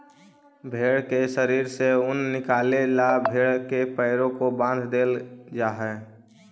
भेंड़ के शरीर से ऊन निकाले ला भेड़ के पैरों को बाँध देईल जा हई